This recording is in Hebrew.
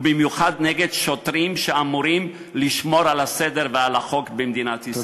במיוחד נגד שוטרים שאמורים לשמור על הסדר ועל החוק במדינת ישראל.